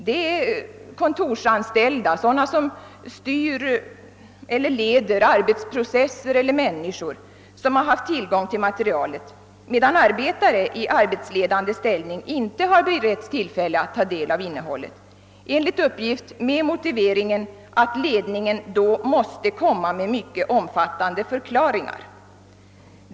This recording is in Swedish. Det är kontorsanställda, sådana som styr eller 1eder arbetsprocesser eller andra människor, som haft tillgång till materialet, medan arbetare i arbetsledande ställning inte har beretts tillfälle att ta del av innehållet, enligt uppgift med motiveringen att ledningen då måste komma med mycket omfattande förklaringar.